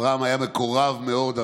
רבי אברהם היה מקורב מאוד